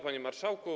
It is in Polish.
Panie Marszałku!